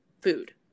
food